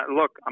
look